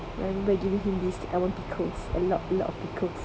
I remember giving him this I want pickles a lot a lot of pickles